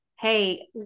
Hey